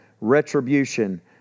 retribution